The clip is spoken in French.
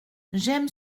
j’aime